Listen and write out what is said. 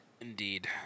Indeed